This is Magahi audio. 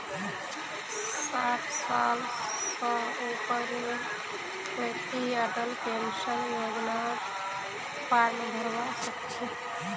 साठ साल स ऊपरेर व्यक्ति ही अटल पेन्शन योजनार फार्म भरवा सक छह